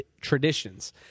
traditions